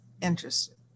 interested